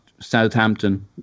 Southampton